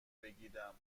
بگیرم